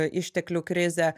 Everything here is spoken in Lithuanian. išteklių krizė